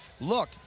look